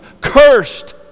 cursed